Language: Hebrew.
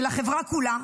של החברה כולה,